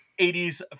80s